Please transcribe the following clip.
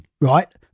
right